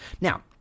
Now